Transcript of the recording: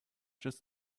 just